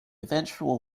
eventual